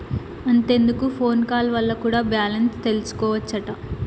అంతెందుకు phone call వల్ల కూడా బాలెన్స్ తెల్సికోవచ్చట